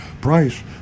price